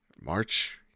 March